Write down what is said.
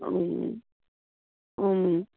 অঁ